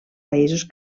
països